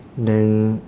then